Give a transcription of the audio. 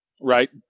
right